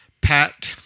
Pat